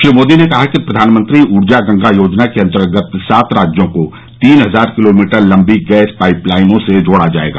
श्री मोदी ने कहा कि प्रधानमंत्री ऊर्जा गंगा योजना के अंतर्गत सात राज्यों को तीन हजार किलोमीटर लंबी गैस पाइप लाइनों से जोडा जाएगा